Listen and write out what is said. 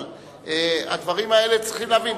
אבל את הדברים האלה צריכים להבין.